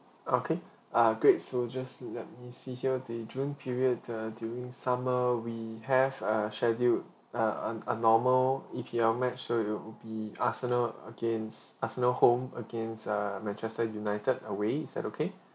okay uh great so just let me see here the june period err during summer we have a schedule err a a normal E_P_L match so it will be arsenal against arsenal home against err manchester united away is that okay